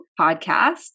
Podcast